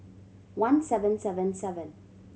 one seven seven seven